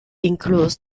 includes